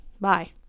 bye